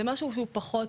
זה משהו שהוא פחות